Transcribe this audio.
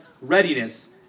readiness